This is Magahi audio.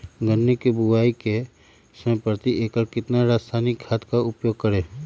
गन्ने की बुवाई के समय प्रति एकड़ कितना रासायनिक खाद का उपयोग करें?